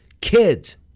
kids